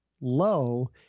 low